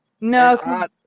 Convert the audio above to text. No